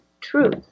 truth